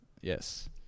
Yes